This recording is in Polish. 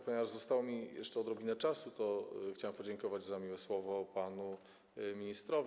Ponieważ została mi jeszcze odrobina czasu, to chciałem podziękować za miłe słowo panu ministrowi.